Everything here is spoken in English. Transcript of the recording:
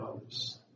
others